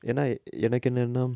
என்னா எனக்கு என்னனா:ennaa enaku ennana